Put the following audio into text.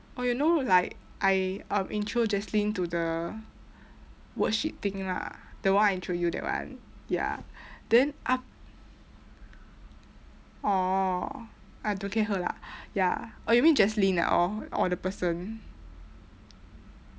oh you know like I um intro jaslyn to the worksheet thing lah the one I intro you that one ya then uh orh ah don't care her lah ya oh you mean jaslyn ah or or the person